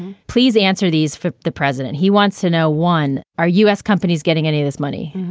please answer these for the president. he wants to know, one, are u s. companies getting any of this money,